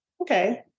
okay